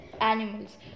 animals